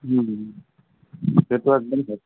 সেইটো একদম হয়